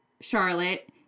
Charlotte